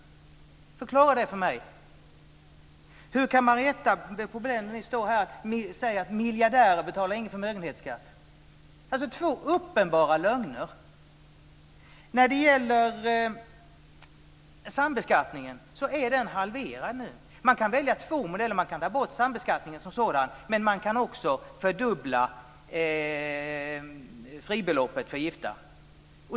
Förklara det för mig! Hur kan Marietta de Pourbaix-Lundin stå här och säga att miljardärer inte betalar någon förmögenhetsskatt? Det är två uppenbara lögner. Sambeskattningen är halverad nu. Man kan välja två modeller. Man kan ta bort sambeskattningen som sådan, men man kan också fördubbla fribeloppet för gifta.